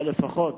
אבל לפחות